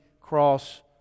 cross